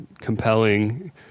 compelling